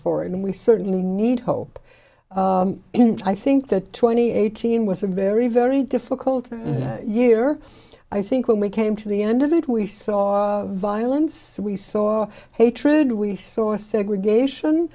for and we certainly need hope i think that twenty eighteen was a very very difficult year i think when we came to the end of it we saw violence we saw hatred we saw segregation